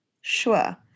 sure